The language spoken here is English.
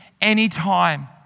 anytime